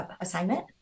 assignment